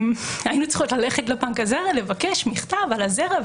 היינו צריכות ללכת לבנק הזרע לבקש מכתב על הזרע,